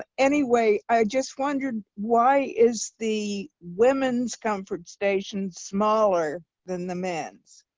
ah anyway, i just wondered why is the women's comfort station smaller than the men's